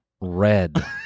red